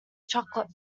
chocolate